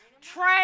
train